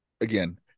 again